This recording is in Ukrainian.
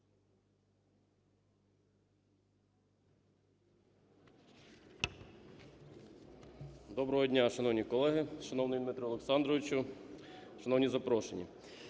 Доброго дня, шановні колеги! Шановний Дмитре Олександровичу, шановні запрошені!